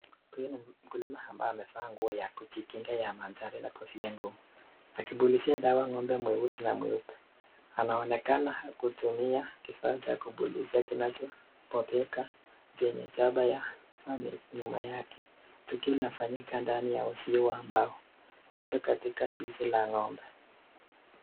Huyu ni mkulima ambaye amevaa nguo ya kujikinga ya manjano na kofia ngumu, akipulizia dawa ng'ombe mweusi na mweupe. Anaonekana kutumia kifaa cha kupulizia kinacho bebeka chenye chapa ya family nyuma yake, tukio linafanyika ndani ya ziwa ya mbao, labda katika zizi la ng'ombe.